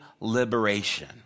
liberation